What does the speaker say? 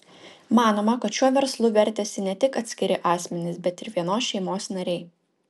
manoma kad šiuo verslu vertėsi ne tik atskiri asmenys bet ir vienos šeimos nariai